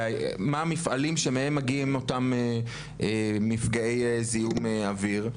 מה המפעלים שמהם מגיעים אותם מפגעי זיהום אוויר.